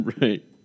Right